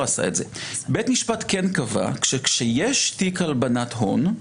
בית משפט כן קבע שכאשר יש תיק הלבנת הון,